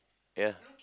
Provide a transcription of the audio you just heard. ya